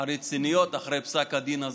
הרציניות אחרי פסק הדין הזה.